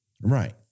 Right